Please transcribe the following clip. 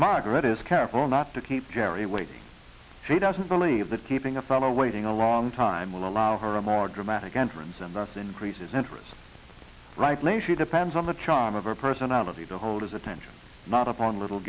margret is careful not to keep jerry waiting she doesn't believe that keeping a fellow waiting a long time will allow her a more dramatic entrance and thus increases interest right les she depends on the charm of her personality to hold his attention not upon little